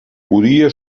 podia